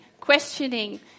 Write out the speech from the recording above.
questioning